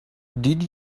did